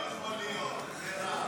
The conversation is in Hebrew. לא יכול להיות, מירב.